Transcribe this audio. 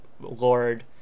lord